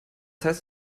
heißt